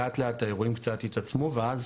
לאט-לאט האירועים קצת התעצמו ואז